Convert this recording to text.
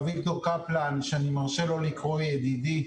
אביגדור קפלן שאני מרשה לו לקרוא לי ידידי,